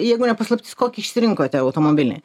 jeigu ne paslaptis kokį išsirinkote automobilį